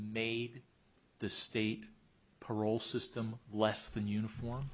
made the state parole system less than uniform